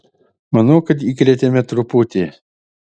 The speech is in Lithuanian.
manau kad įkrėtėme truputį